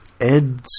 Ed